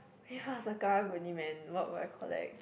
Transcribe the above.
ya if I was a Karang-Guni man what would I collect